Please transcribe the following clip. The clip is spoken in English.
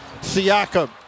Siakam